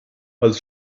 als